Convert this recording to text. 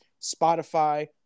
Spotify